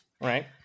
Right